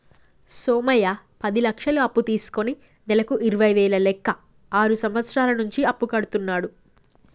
సోమయ్య పది లక్షలు అప్పు తీసుకుని నెలకు ఇరవై వేల లెక్క ఆరు సంవత్సరాల నుంచి అప్పు కడుతున్నాడు